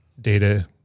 data